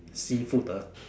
seafood ah